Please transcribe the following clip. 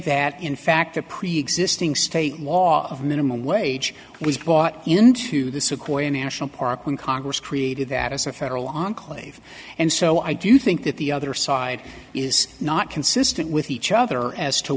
that in fact the preexisting state law of minimum wage was bought into the sequoia national park when congress created that as a federal enclave and so i do think that the other side is not consistent with each other as to